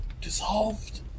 dissolved